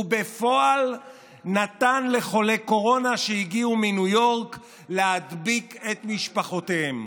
ובפועל נתן לחולי קורונה שהגיעו מניו יורק להדביק את משפחותיהם.